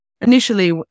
Initially